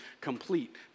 complete